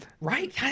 right